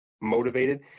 motivated